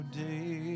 day